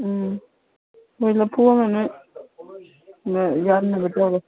ꯎꯝ ꯍꯣꯏ ꯂꯐꯨ ꯑꯃꯅꯦ ꯑꯥ ꯌꯥꯟꯅꯕ ꯇꯧꯒꯦ